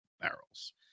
barrels